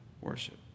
worship